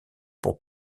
pour